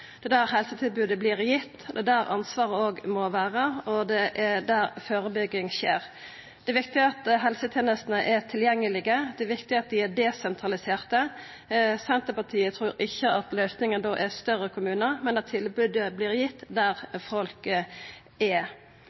det er der helsetilbodet vert gitt, det er òg der ansvaret må vera, og det er der førebygging skjer. Det er viktig at helsetenestene er tilgjengelege og desentraliserte. Senterpartiet trur ikkje at løysinga da er større kommunar, men at tilbodet vert gitt der folk er.